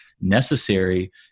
necessary